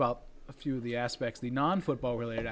about a few of the aspects the non football related